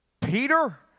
Peter